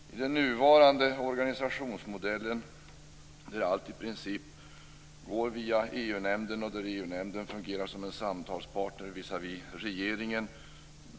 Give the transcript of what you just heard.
I den nuvarande organisationsmodellen går allt i princip via EU-nämnden och EU-nämnden fungerar som en samtalspartner visavi regeringen.